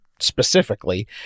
specifically